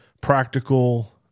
practical